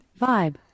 vibe